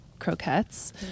croquettes